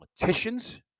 politicians